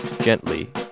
gently